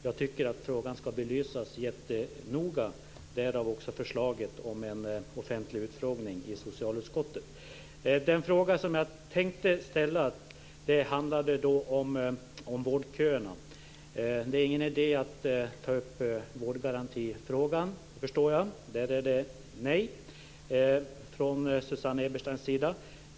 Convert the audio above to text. Jag tycker att frågan ska belysas jättenoga - därav också förslaget om en offentlig utfrågning i socialutskottet. Den fråga som jag tänker ställa handlar om vårdköerna. Det är ingen idé att ta upp vårdgarantifrågan - det förstår jag. Där är det nej från Susanne Ebersteins sida.